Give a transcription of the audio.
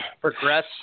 progress